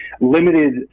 limited